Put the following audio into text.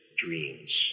Dreams